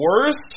worst